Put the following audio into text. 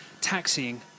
taxiing